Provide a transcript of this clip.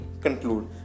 conclude